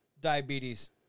diabetes